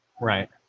Right